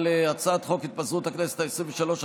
הצעת חוק התפזרות הכנסת העשרים-ושלוש,